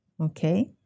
okay